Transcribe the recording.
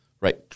right